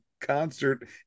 concert